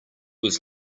was